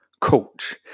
coach